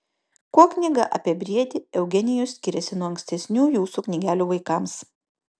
kuo knyga apie briedį eugenijų skiriasi nuo ankstesnių jūsų knygelių vaikams